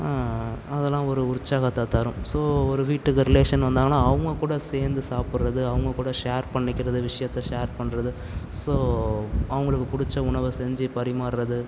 அதலாம் ஒரு உற்சாகத்தை தரும் ஸோ ஒரு வீட்டுக்கு ரிலேஷன் வந்தாங்கன்னால் அவங்கக் கூட சேர்ந்து சாப்பிடுறது அவங்கக் கூட ஷேர் பண்ணிக்கிறது விஷயத்த ஷேர் பண்றது ஸோ அவங்களுக்கு பிடிச்ச உணவை செஞ்சு பரிமாறுகிறது